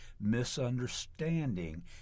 misunderstanding